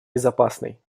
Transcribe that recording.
безопасной